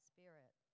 Spirit